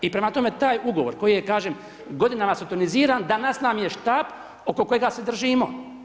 I prema tome taj ugovor koji je kažem godinama sotoniziran danas nam je štap oko kojega se držimo.